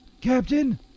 Captain